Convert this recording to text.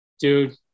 Dude